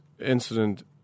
incident